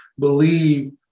believe